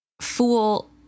Fool